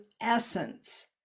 essence